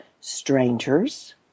strangers